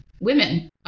women